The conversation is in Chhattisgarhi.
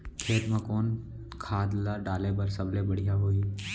खेत म कोन खाद ला डाले बर सबले बढ़िया होही?